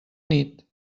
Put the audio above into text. nit